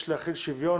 יש להחיל שוויון,